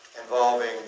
involving